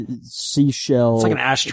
seashell